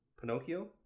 Pinocchio